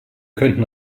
könnten